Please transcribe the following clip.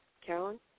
Carolyn